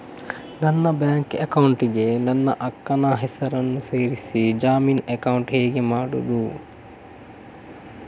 ನನ್ನ bank account ಗೆ ನನ್ನ ಅಕ್ಕ ನ ಹೆಸರನ್ನ ಸೇರಿಸಿ ಜಾಯಿನ್ ಅಕೌಂಟ್ ಹೇಗೆ ಮಾಡುದು?